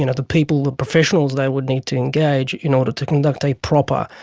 you know the people, the professionals they would need to engage in order to conduct a proper,